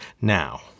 now